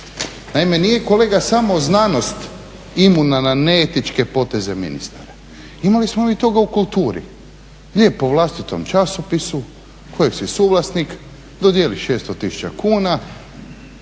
Naime, nije kolega samo znanost imuna na neetičke poteze ministara. Imali smo mi toga u kulturi. Lijepo u vlastitom časopisu kojeg si suvlasnik dodijeliš 600 tisuća